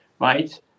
right